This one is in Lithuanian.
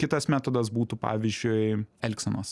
kitas metodas būtų pavyzdžiui elgsenos